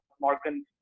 morgan